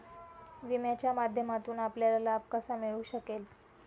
विम्याच्या माध्यमातून आपल्याला लाभ कसा मिळू शकेल?